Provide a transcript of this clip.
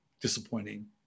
disappointing